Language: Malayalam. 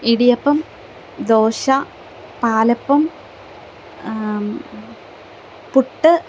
ഇടിയപ്പം ദോശ പാലപ്പം പുട്ട്